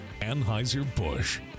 Anheuser-Busch